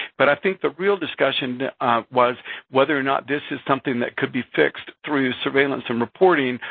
but i think the real discussion was whether or not this is something that could be fixed through surveillance and reporting,